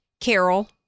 Carol